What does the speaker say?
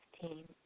team